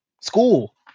school